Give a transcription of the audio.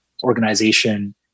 organization